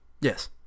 Yes